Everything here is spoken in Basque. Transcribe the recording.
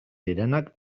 direnak